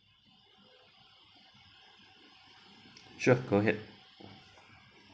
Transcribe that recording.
sure go ahead